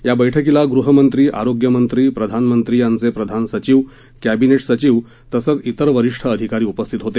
या बैठकीला गृहमंत्री आरोग्यमंत्री प्रधानमंत्री यांचे प्रधान सचिव क्विनेट सचिव तसंच त्तिर वरिष्ठ अधिकारी उपस्थित होते